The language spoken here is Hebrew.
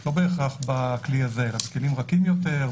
לא בהכרח בכלי הזה אלא בכלים רכים יותר.